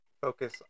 focus